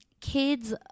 kids